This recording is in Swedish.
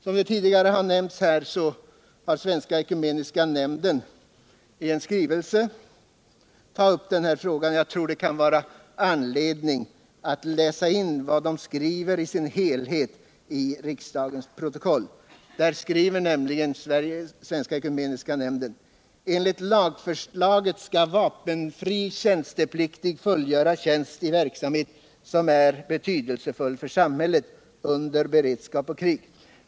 Som tidigare har nämnts här har Svenska ekumeniska nämnden i en skrivelse tagit upp den här frågan, och jag tror det kan finnas anledning att läsa in till riksdagens protokoll vad de skriver i sin helhet: Enligt lagförslaget skall vapenfri tjänstepliktig fullgöra tjänst i verksamhet, som är betydelsefull för samhället ”under beredskap och krig”.